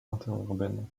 interurbaine